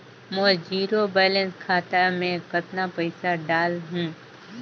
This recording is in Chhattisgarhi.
मोर जीरो बैलेंस खाता मे कतना पइसा डाल हूं?